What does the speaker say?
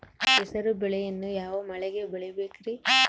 ಹೆಸರುಬೇಳೆಯನ್ನು ಯಾವ ಮಳೆಗೆ ಬೆಳಿಬೇಕ್ರಿ?